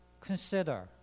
consider